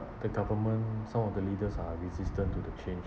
uh the government some of the leaders are resistant to the change